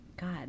God